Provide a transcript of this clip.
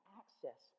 access